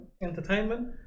entertainment